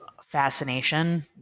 fascination